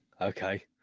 Okay